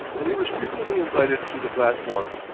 and he was frequently invited to the platform.